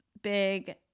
big